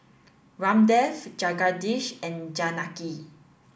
Ramdev Jagadish and Janaki